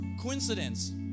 coincidence